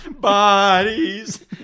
Bodies